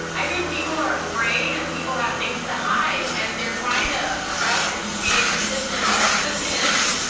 i think people are afraid, and people have things to hide, and they're trying to obstruct and create resistance, such as this.